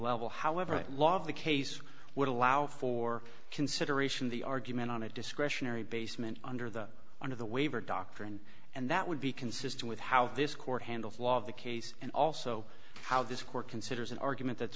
level however the law of the case would allow for consideration the argument on a discretionary basement under the under the waiver doctrine and that would be consistent with how this court handles law of the case and also how this court considers an argument that